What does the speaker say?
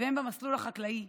ובמסלול החקלאי.